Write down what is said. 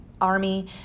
army